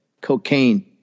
cocaine